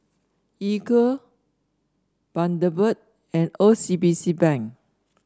Equal Bundaberg and O C B C Bank